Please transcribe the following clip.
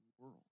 world